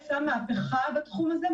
עשה מהפכה בתחום הזה.